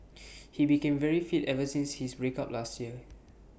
he became very fit ever since his breakup last year